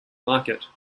market